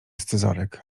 scyzoryk